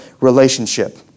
relationship